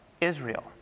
Israel